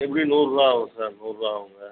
எப்படியும் நூறுபா ஆகும் சார் நூறுபா ஆகுங்க